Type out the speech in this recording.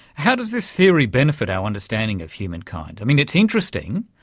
how does this theory benefit our understanding of humankind? i mean, it's interesting,